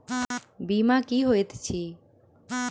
बीमा की होइत छी?